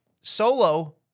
Solo